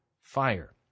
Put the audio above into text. fire